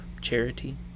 charity